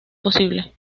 posible